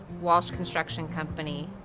walsh construction company.